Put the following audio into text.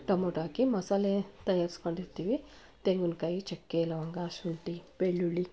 tomato ಹಾಕಿ ಮಸಾಲೆ ತಯಾಸಿಕೊಂಡಿರ್ತೀವಿ ತೆಂಗಿನಕಾಯಿ ಚಕ್ಕೆ ಲವಂಗ ಹಸಿಶುಂಠಿ ಬೆಳ್ಳುಳ್ಳಿ